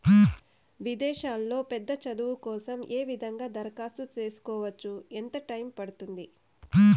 విదేశాల్లో పెద్ద చదువు కోసం ఏ విధంగా దరఖాస్తు సేసుకోవచ్చు? ఎంత టైము పడుతుంది?